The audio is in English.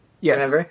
Yes